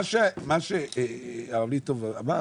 מה שרב ליטוב אמר